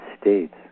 States